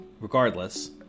regardless